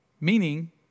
Meaning